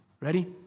Ready